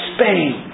Spain